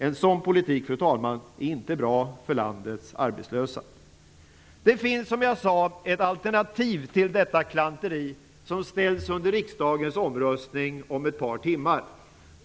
En sådan politik är inte bra för landets arbetslösa. Det finns, som jag tidigare sade, ett alternativ till detta klanteri som ställs under riksdagens omröstning om ett par timmar.